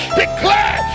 declare